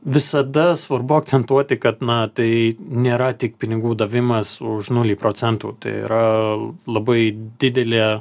visada svarbu akcentuoti kad na tai nėra tik pinigų davimas už nulį procentų tai yra labai didelė